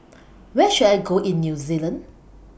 Where should I Go in New Zealand